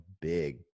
big